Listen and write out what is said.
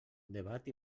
debat